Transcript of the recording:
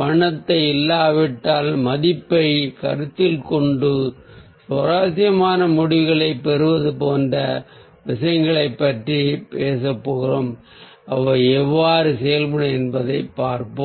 வண்ணத்தை தவிர்த்து மதிப்பைக் கருத்தில் கொண்டு சுவாரஸ்யமான முடிவுகளைப் பெறுவது போன்ற விஷயங்களைப் பற்றி பேசப் போகிறோம் அவை எவ்வாறு செயல்படுகின்றன என்பதைப் பார்ப்போம்